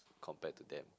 compared to them